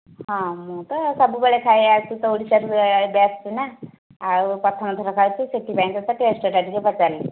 ହଁ ମୁଁ ତ ସବୁବେଳେ ଖାଏ ଏହାଠୁ ତ ଓଡିଶାରୁ ବେଷ୍ଟ୍ ନା ଆଉ ପ୍ରଥମ ଥର ଖାଉଛୁ ସେଥିପାଇଁ ତୋତେ ଟେଷ୍ଟ୍ଟା ଟିକିଏ ପଚାରିଲି